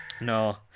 No